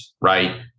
right